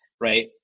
right